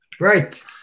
Right